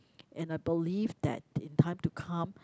and I believe that in time to come